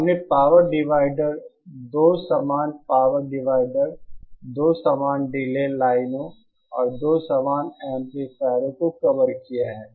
हमने power divider 2 समान power divider 2 समान डीले लाइनों और 2 समान एम्पलीफायरों को कवर किया है